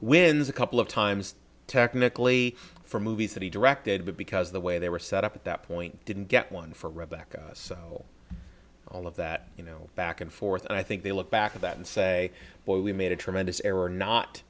wins a couple of times technically for movies that he directed but because the way they were set up at that point didn't get one for rebecca so all of that you know back and forth and i think they look back at that and say boy we made a tremendous error not